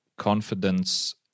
Confidence